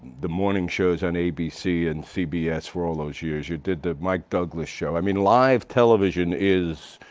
the morning shows on abc and cbs for all those years. you did the mike douglas show. i mean live television is,